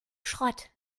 schrott